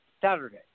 Saturday